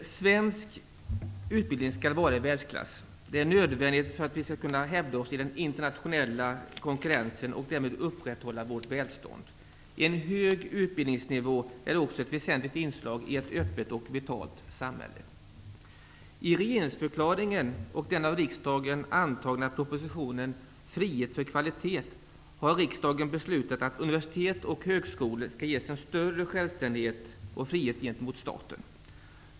Svensk utbildning skall vara i världsklass. Det är nödvändigt för att vi skall kunna hävda oss i den internationella konkurrensen och därmed upprätthålla vårt välstånd. En hög utbildningsnivå är också ett väsentligt inslag i ett öppet och vitalt samhälle. I regeringsförklaringen finns angivet, liksom i den proposition, Frihet för kvalitet, som riksdagen har antagit, att universitet och högskolor skall ges större självständighet och frihet gentemot staten.